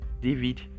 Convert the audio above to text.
David